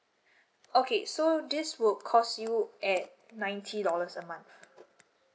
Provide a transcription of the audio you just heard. okay so this would cost you at ninety dollars a month